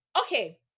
okay